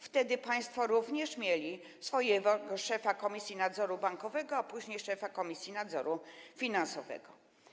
Wtedy państwo również mieli swojego szefa Komisji Nadzoru Bankowego, a później szefa Komisji Nadzoru Finansowego.